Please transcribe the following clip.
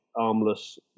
armless